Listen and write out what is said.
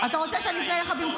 אתה רוצה שאני אפנה אליך?